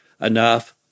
enough